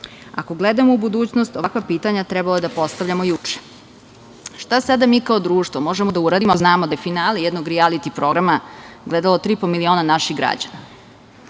Ako gledamo u budućnost, ovakva pitanja trebalo je da postavljamo juče. Šta sada mi kao društvo možemo da uradimo ako znamo da je finale jednog rijaliti programa gledalo tri i po miliona naših